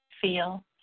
feel